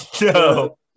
no